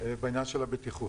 בעניין הבטיחות.